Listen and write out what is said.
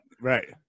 Right